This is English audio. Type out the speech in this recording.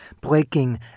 breaking